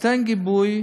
ונותן גיבוי,